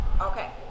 Okay